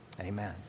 Amen